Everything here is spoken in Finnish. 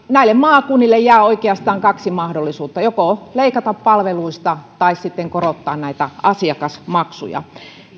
näille maakunnille jää oikeastaan kaksi mahdollisuutta joko leikata palveluista tai sitten korottaa näitä asiakasmaksuja